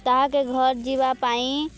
ତାହାକେ ଘର୍ ଯିବା ପାଇଁ